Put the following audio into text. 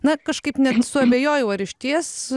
na kažkaip net suabejojau ar išties